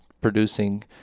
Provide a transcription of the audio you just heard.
producing